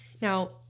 Now